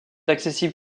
accessible